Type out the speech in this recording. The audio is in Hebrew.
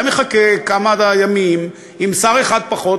היה מחכה כמה ימים עם שר אחד פחות,